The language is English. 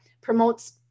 promotes